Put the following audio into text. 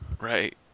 right